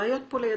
הראיות פה לידנו,